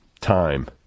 time